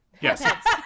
Yes